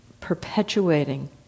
perpetuating